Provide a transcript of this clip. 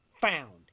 found